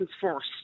first